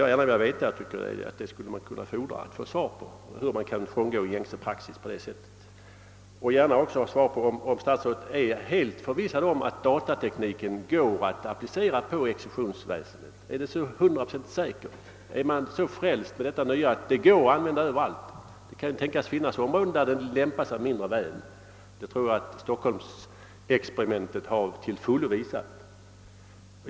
Jag tycker att jag kan fordra att få veta hur man kan tillåtas frångå praxis på detta sätt. Jag vill också gärna ha svar på frågan om statsrådet är hundraprocentigt förvissad om att det är möjligt att applicera datatekniken på exekutionsväsendet. Tror man att den kan användas i alla sammanhang? Kan det inte tänkas områden där den lämpar sig mindre väl? Jag tycker att stockholmsexperimentet till fullo visat att så är förhållandet.